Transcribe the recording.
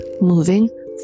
moving